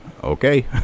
okay